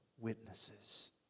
witnesses